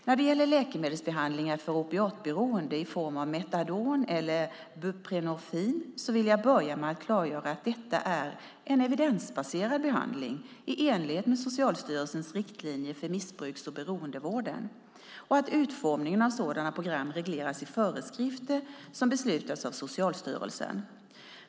När det gäller läkemedelsbehandling för opiatberoende i form av Metadon eller Buprenorfin vill jag börja med att klargöra att detta är en evidensbaserad behandling i enlighet med Socialstyrelsens riktlinjer för missbruks och beroendevården och att utformningen av sådana program regleras i föreskrifter som beslutas av Socialstyrelsen.